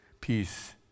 Peace